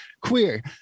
queer